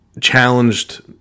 challenged